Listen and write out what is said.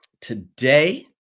today